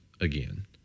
again